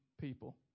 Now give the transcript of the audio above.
people